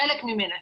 חלק ממנה,